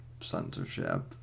censorship